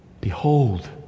Behold